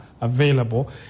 available